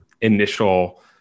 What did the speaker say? initial